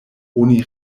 oni